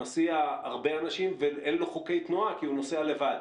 מסיע הרבה אנשים ואין לו חוקי תנועה כי הוא נוסע לבד.